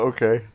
Okay